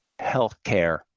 healthcare